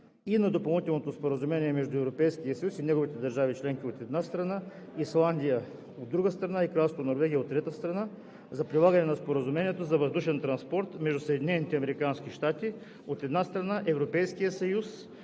и на Допълнителното споразумение между Европейския съюз и неговите държави членки, от една страна, Исландия, от друга страна, и Кралство Норвегия, от трета страна, за прилагане на Споразумението за въздушен транспорт между Съединените американски щати,